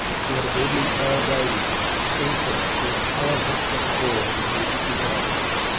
she had a deadly pale baby also there was a pale hunchbacked boy of near dicky's age.